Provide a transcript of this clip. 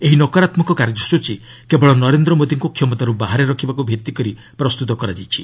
ଏହି ନକାରାତ୍ମକ କାର୍ଯ୍ୟସ୍ଚୀ କେବଳ ନରେନ୍ଦ୍ର ମୋଦିଙ୍କୁ କ୍ଷମତାରୁ ବାହାରେ ରଖିବାକୁ ଭିତ୍ତିକରି ପ୍ରସ୍ତୁତ କରାଯାଇଛି